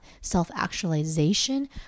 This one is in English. Self-actualization